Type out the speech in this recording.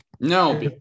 No